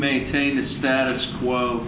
maintain the status quo